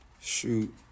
Shoot